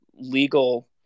legal